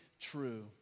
true